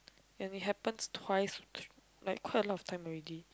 and it happens twice like quite a lot of time already